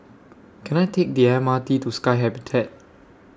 Can I Take The M R T to Sky Habitat